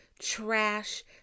trash